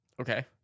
Okay